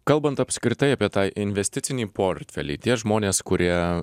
kalbant apskritai apie tą investicinį portfelį tie žmonės kurie